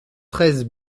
treize